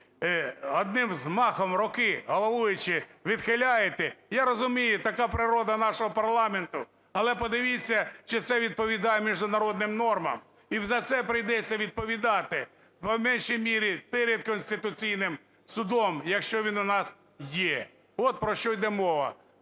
одним взмахом руки, головуючий, відхиляєте, я розумію, така природа нашого парламенту. Але подивіться, чи це відповідає міжнародним нормам, і за це прийдеться відповідати, по меншій мірі, перед Конституційним Судом, якщо він у нас є. От про що йде мова.